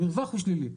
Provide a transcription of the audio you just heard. המרווח הוא שלילי.